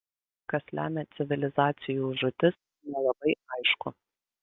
kas lemia civilizacijų žūtis nelabai aišku